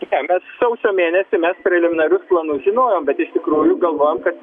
ką mes sausio mėnesį mes preliminarius planus žinojom bet iš tikrųjų galvojom kad